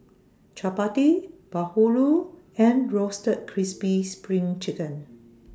Chappati Bahulu and Roasted Crispy SPRING Chicken